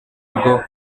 bwo